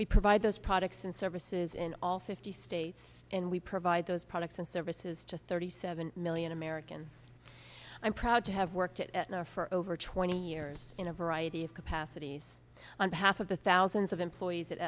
we provide those products and services in all fifty states and we provide those products and services to thirty seven million americans i'm proud to have worked for over twenty years in a variety of capacities on behalf of the thousands of employees that